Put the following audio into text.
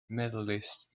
medalist